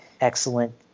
excellent